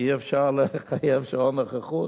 כי אי-אפשר לחייב שעון נוכחות